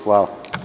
Hvala.